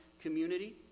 community